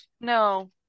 No